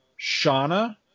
Shauna